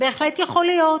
בהחלט יכול להיות.